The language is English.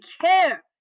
care